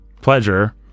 pleasure